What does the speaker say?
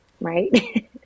right